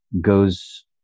goes